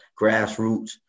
grassroots